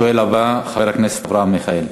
השואל הבא, חבר הכנסת אברהם מיכאלי.